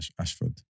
Ashford